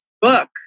book